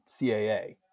CAA